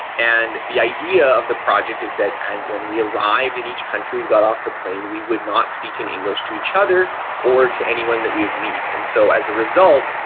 and the idea of the project is that and when we arrived in each country, we got off the plane, we would not speak in english to each other or to anyone that we would meet. and so as a result,